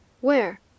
Where